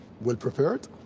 well-prepared